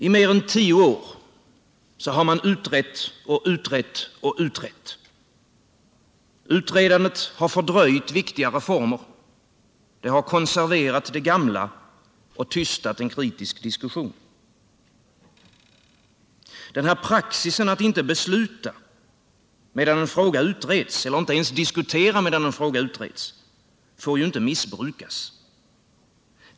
I mer än tio år har man utrett och utrett och utrett. Utredandet har fördröjt viktiga reformer, det har konserverat det gamla och tystat en kritisk diskussion. Denna praxis att inte besluta medan en fråga utreds — eller att inte ens diskutera medan en fråga utreds — får ju inte missbrukas.